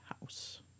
house